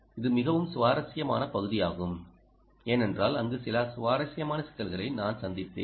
இது மிகவும் சுவாரஸ்யமான பகுதியாகும் ஏனென்றால் அங்கு சில சுவாரஸ்யமான சிக்கல்களை நான் சந்தித்தேன்